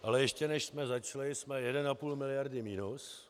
Ale ještě než jsme začali, jsme 1,5 miliardy minus.